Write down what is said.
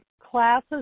classes